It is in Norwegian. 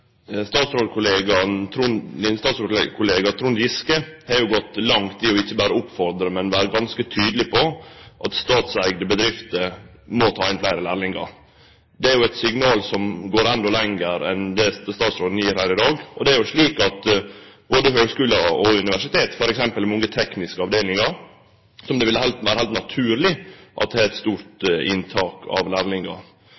Trond Giske har jo gått langt i å ikkje berre oppfordre, men har vore ganske tydeleg på at statsåtte bedrifter må ta inn fleire lærlingar. Det er jo eit signal som går enda lenger enn det statsråden gir her i dag. Det er jo slik at ved både høgskuler og universitet – t.d. mange tekniske avdelingar – ville det vore heilt naturleg at ein hadde eit stort